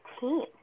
team